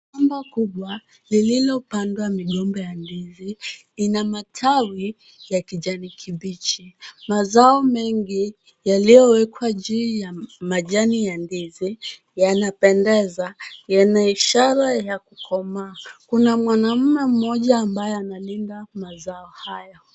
Shamba kubwa lililopandwa migomba ya ndizi lina matawi ya kijani kibichi. Mazao mengi yaliyowekwa juu ya majani ya ndizi yanapendeza. Yana ishara ya kukomaa. Kuna mwanaume mmoja ambaye amelinda mazao hayo.